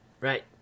Right